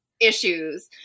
issues